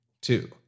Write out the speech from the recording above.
two